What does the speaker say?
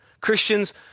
Christians